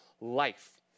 life